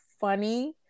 funny